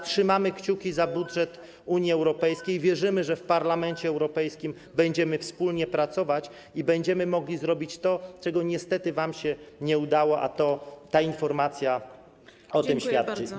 Trzymamy kciuki za budżet Unii Europejskiej, wierzymy, że w Parlamencie Europejskim będziemy wspólnie pracować i będziemy mogli zrobić to, czego wam się niestety nie udało, a ta informacja o tym świadczy.